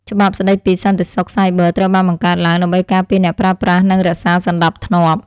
ច្បាប់ស្តីពីសន្តិសុខសាយប័រត្រូវបានបង្កើតឡើងដើម្បីការពារអ្នកប្រើប្រាស់និងរក្សាសណ្តាប់ធ្នាប់។